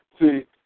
See